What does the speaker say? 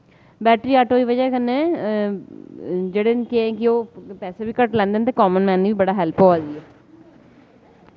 battery auto दी वजह कन्नै जेह्ड़े न के कि ओ पैसे बी घट्ट लैंदे न ते कामन मैन गी बी बड़ी हैल्प होआ दी ऐ